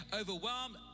overwhelmed